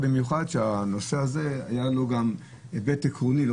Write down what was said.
במיוחד כאשר לנושא הזה היה גם היבט עקרוני ולא